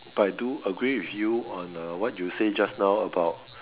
but I do agree with you on uh what you said just now about